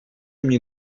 nie